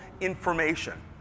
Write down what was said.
information